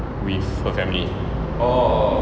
with her family